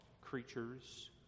creatures